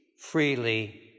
freely